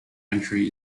entry